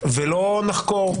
זה לא "נחקור",